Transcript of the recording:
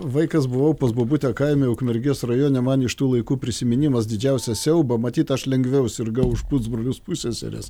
vaikas buvau pas bobutę kaime ukmergės rajone man iš tų laikų prisiminimas didžiausią siaubą matyt aš lengviau sirgau už pusbrolius pusseseres